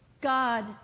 God